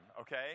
okay